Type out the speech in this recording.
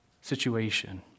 situation